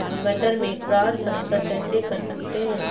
मटर में क्रॉस संकर कैसे कर सकते हैं?